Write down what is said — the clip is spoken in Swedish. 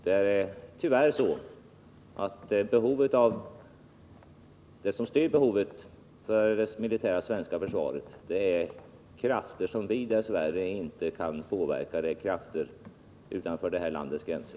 Det är tyvärr så att det som styr behovet av det militära svenska försvaret är krafter som vi inte kan påverka, krafter utanför det här landets gränser.